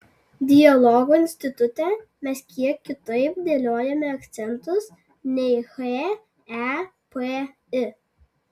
dialogo institute mes kiek kitaip dėliojame akcentus nei hepi